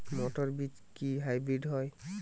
মটর বীজ কি হাইব্রিড হয়?